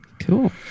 Cool